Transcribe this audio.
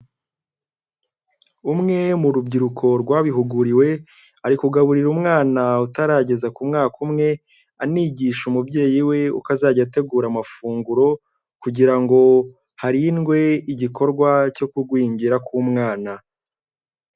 Umwe mu rubyiruko rwabihuguriwe, ari kugaburira umwana utarageza ku mwaka umwe, anigisha umubyeyi we uko azajya ategura amafunguro, kugira ngo harindwe igikorwa cyo kugwingira k'umwana.